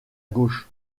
gauche